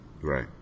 Right